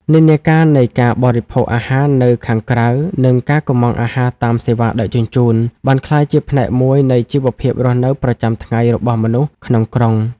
និន្នាការនៃការបរិភោគអាហារនៅខាងក្រៅ និងការកម្មង់អាហារតាមសេវាដឹកជញ្ជូន បានក្លាយជាផ្នែកមួយនៃជីវភាពរស់នៅប្រចាំថ្ងៃរបស់មនុស្សក្នុងក្រុង។